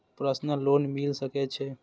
Personal loan मिल सके छे?